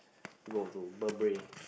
go to Burberry